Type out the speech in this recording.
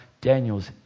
Daniel's